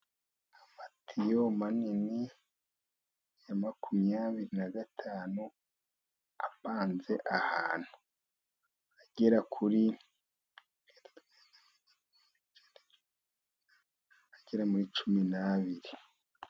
Amatiyo manini ya makumyabiri na gatanu apanze ahantu, agera muri cumi n'abiri.